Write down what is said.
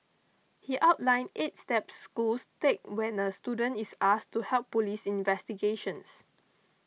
he outlined eight steps schools take when a student is asked to help police investigations